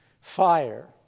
fire